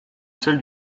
celle